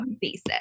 Basic